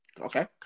okay